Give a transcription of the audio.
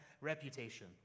reputation